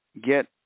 get